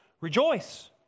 rejoice